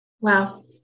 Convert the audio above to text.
wow